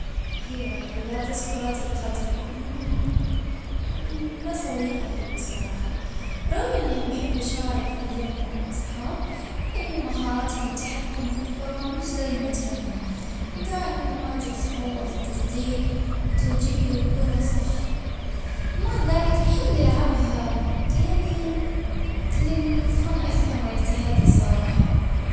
ا كرة السلة بصراحة عمري ما عرفت نتحكم في الكرة زي ما نبي، ونخسر في التركيز بسهولة.